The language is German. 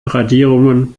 radierungen